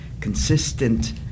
consistent